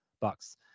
bucks